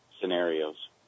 scenarios